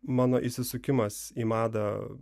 mano įsisukimas į madą